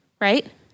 right